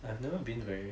I have never been very